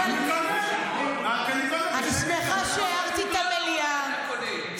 אז תלכי לקנות במקומות הנכונים, מירב.